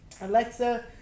Alexa